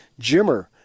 jimmer